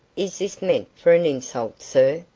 is this meant for an insult, sir?